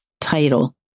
title